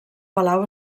palau